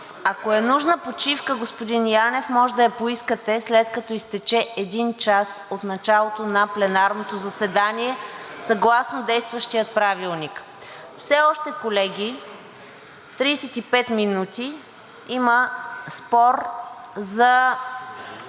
Ако е нужна почивка, господин Янев, може да я поискате, след като изтече един час от началото на пленарното заседание, съгласно действащия Правилник. Все още, колеги – 35 минути, има спор за